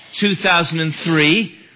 2003